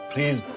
Please